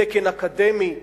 תקן אקדמי.